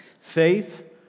Faith